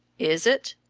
is it?